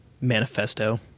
manifesto